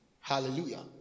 Hallelujah